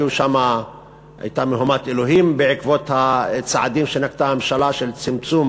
והייתה מהומת אלוהים בעקבות הצעדים שנקטה הממשלה לצמצום